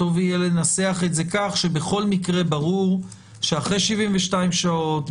טוב יהיה לנסח את זה כך שבכל מקרה ברור שאחרי 72 שעות,